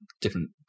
different